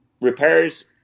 Repairs